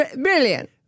Brilliant